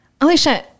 Alicia